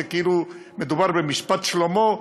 כאילו מדובר במשפט שלמה,